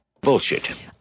Bullshit